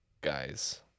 guys